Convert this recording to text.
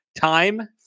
time